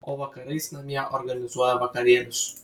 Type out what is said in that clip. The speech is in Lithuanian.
o vakarais namie organizuoja vakarėlius